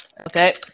Okay